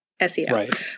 SEO